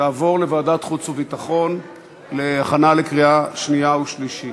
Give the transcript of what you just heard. תעבור לוועדת חוץ וביטחון להכנה לקריאה שנייה ושלישית.